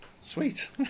Sweet